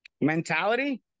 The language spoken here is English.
Mentality